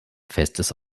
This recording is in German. festes